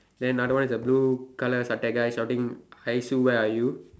then another one is the blue colour sattai guy shouting hi Sue where are you